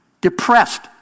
depressed